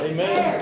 Amen